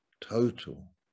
total